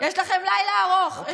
יש לכם לילה ארוך.